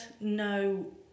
no